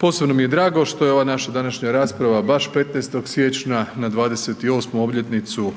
Posebno mi je drago što je ova naša današnja rasprava baš 15. siječnja na 28. obljetnicu